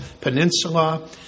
Peninsula